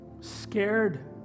scared